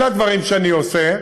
אלה הדברים שאני עושה.